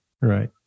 Right